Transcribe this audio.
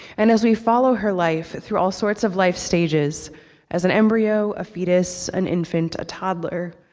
and as we follow her life through all sorts of life stages as an embryo, a fetus, an infant, a toddler,